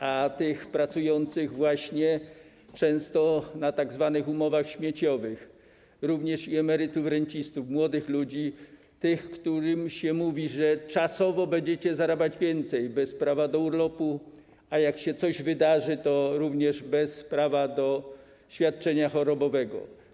A tych pracujących często na tzw. umowach śmieciowych, również emerytów, rencistów, młodych ludzi, tych, którym się mówi: czasowo będziecie zarabiać więcej bez prawa do urlopu, a jak się coś wydarzy, to również bez prawa do świadczenia chorobowego?